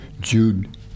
Jude